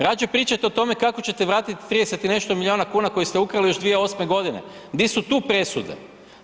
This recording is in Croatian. Radije pričajte o tome kako ćete vratit 30 i nešto milijuna kuna koje ste ukrali još 2008. g., di su tu presude?